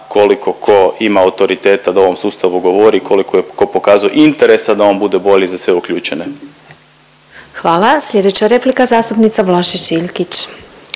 koliko ko ima autoriteta da o ovom sustavu govori, koliko je ko pokazao interesa da on bude bolji za sve uključene. **Glasovac, Sabina (SDP)** Hvala. Slijedeća replika zastupnica Vlašić Iljkić.